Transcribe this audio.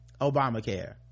Obamacare